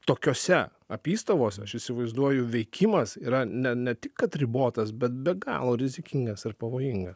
tokiose apystovose aš įsivaizduoju veikimas yra ne ne tik kad ribotas bet be galo rizikingas ir pavojinga